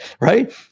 Right